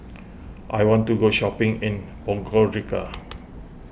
I want to go shopping in Podgorica